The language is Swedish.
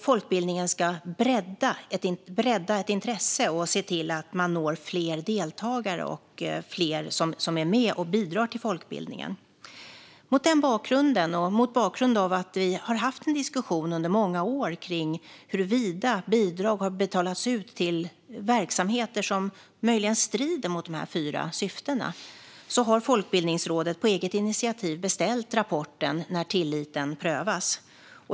Folkbildningen ska bredda ett intresse och se till att man når fler deltagare och fler som är med och bidrar till folkbildningen. Mot den bakgrunden och mot bakgrund av att vi under många år har haft en diskussion om huruvida bidrag har betalats ut till verksamheter som möjligen strider mot de fyra syftena har Folkbildningsrådet på eget initiativ beställt rapporten När tilliten prövas .